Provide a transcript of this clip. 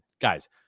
Guys